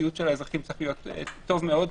הציות של האזרחים צריך להיות טוב מאוד,